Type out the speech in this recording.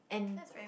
and